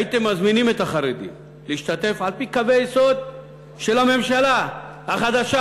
הייתם מזמינים את החרדים להשתתף על-פי קווי יסוד של הממשלה החדשה,